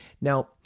Now